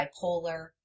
bipolar